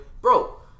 bro